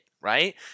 right